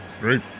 Great